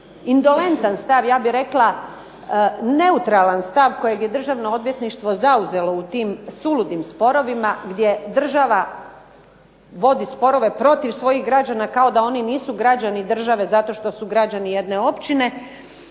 indolentan stav ja bih rekla neutralan stav kojeg je Državno odvjetništvo zauzelo u tim suludim sporovima gdje država vodi sporove protiv svojih građana kao da oni nisu građani države zato što su građani jedne općine,